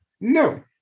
No